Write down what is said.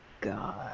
god